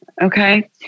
Okay